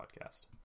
podcast